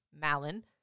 Malin